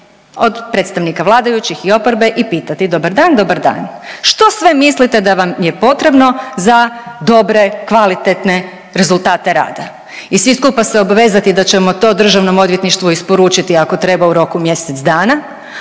od predstavnika vladajućih i pitati, dobar dan, dobar dan što sve mislite da vam je potrebno za dobre kvalitetne rezultate rada i svi skupa se obvezati da ćemo to Državnom odvjetništvu isporučiti ako treba u roku mjesec dana,